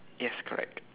yes correct